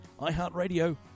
iHeartRadio